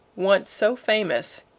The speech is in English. once so famous,